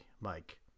Mike